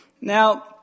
Now